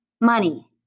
Money